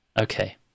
okay